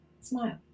smile